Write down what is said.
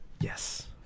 Yes